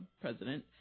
president